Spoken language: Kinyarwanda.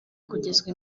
kugezwa